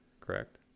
correct